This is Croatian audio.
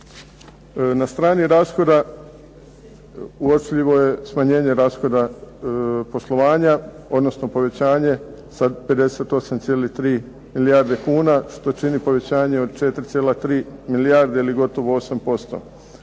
Na strani rashoda uočljivo je smanjenje rashoda poslovanja odnosno povećanje sa 58,3 milijarde kuna što čini povećanje od 4,3 milijarde ili gotovo 8%.